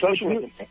socialism